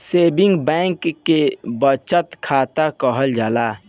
saving bank के बचत खाता कहल जाला